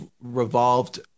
revolved